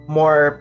more